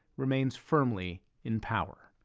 remains firmly in power.